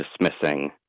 dismissing